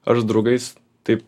ar su draugais taip